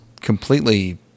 completely